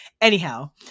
anyhow